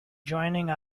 joining